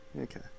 okay